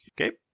Okay